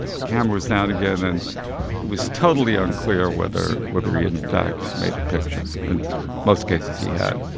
the cameras now together. and it was totally unclear whether whether he had, in fact, made a picture in most cases, he had